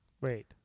wait